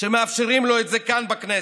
שמאפשרים לו את זה כאן בכנסת,